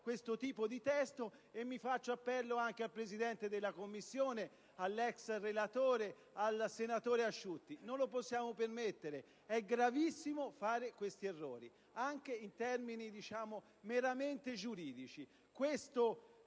questo tipo di testo. Faccio appello anche al Presidente della Commissione e all'ex relatore, senatore Asciutti: non lo possiamo permettere: è gravissimo fare questi errori, anche in termini meramente giuridici.